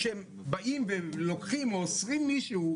כשהם לוקחים או אוסרים מישהו,